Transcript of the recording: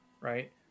Right